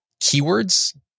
keywords